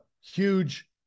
huge